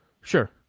Sure